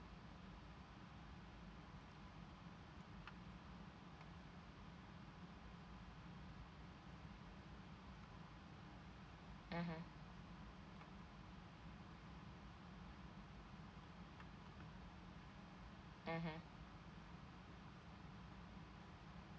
mmhmm mmhmm